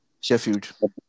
Sheffield